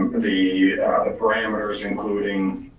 the the parameters including